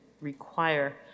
require